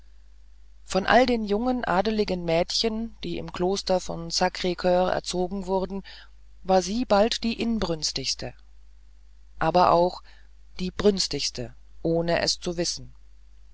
von all den jungen adligen mädchen die im kloster von sacr cur erzogen wurden war sie bald die inbrünstigste aber auch die brünstigste ohne es zu wissen